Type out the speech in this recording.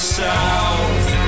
south